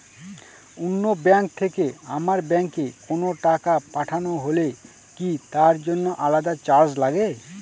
অন্য ব্যাংক থেকে আমার ব্যাংকে কোনো টাকা পাঠানো হলে কি তার জন্য আলাদা চার্জ লাগে?